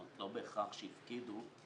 אז לא קיימתי את